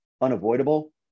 unavoidable